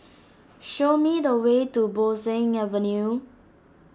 show me the way to Bo Seng Avenue